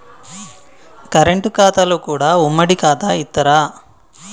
Current ఖాతాలో కూడా ఉమ్మడి ఖాతా ఇత్తరా?